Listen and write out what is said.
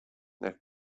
nel